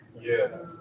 Yes